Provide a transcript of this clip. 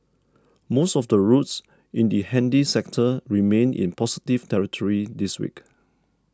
most of the routes in the handy sector remained in positive territory this week